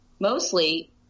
mostly